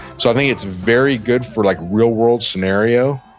so i think it's very good for like real world scenario.